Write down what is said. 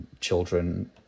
children